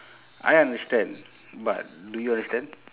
I understand but do you understand